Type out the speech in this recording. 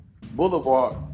Boulevard